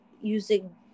using